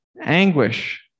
Anguish